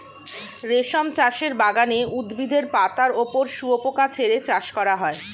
রেশম চাষের বাগানে উদ্ভিদের পাতার ওপর শুয়োপোকা ছেড়ে চাষ করা হয়